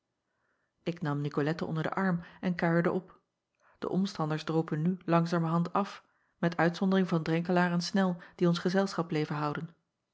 k nam icolette onder den arm en kuierde op e omstanders dropen nu langzamerhand af met uitzondering van renkelaer en nel die ons gezelschap bleven houden